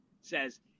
says